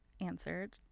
answered